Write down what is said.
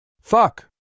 Fuck